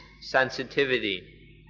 sensitivity